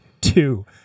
two